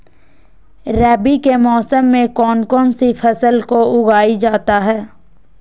रवि के मौसम में कौन कौन सी फसल को उगाई जाता है?